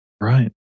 right